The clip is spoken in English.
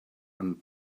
and